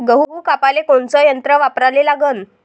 गहू कापाले कोनचं यंत्र वापराले लागन?